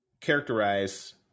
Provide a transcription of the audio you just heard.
characterize